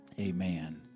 Amen